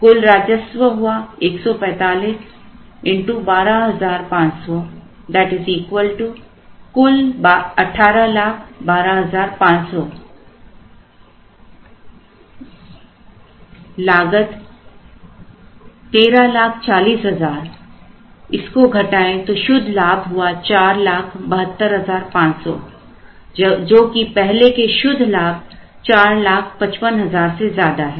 कुल राजस्व हुआ 145 12500 कुल 1812500 घटाएं लागत 1340000 तो शुद्ध लाभ हुआ 472500 जो कि पहले के शुद्ध लाभ 455000 से ज्यादा है